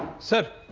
sir,